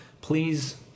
Please